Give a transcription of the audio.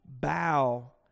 bow